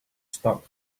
stuck